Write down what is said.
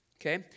okay